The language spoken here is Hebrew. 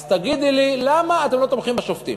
אז תגידי לי, למה אתם לא תומכים לגבי שופטים?